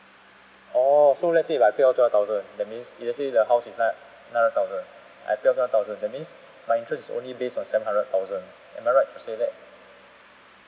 oh so let's say if I pay off two hundred thousand that means if let's say the house is nine nine hundred thousand I pay off two hundred thousand that means my interest is only based on seven hundred thousand am I right to say that